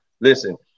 Listen